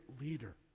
leader